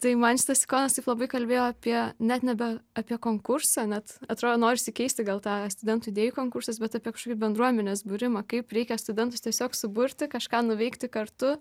tai man šitas sikonas taip labai kalbėjo apie net nebe apie konkursą net atrodo norisi keisti gal tą studentų idėjų konkursas bet apie kažkokį bendruomenės būrimą kaip reikia studentus tiesiog suburti kažką nuveikti kartu